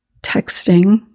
texting